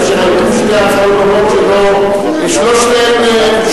כאשר היו שתי הצעות דומות שלא שתיהן אושרו,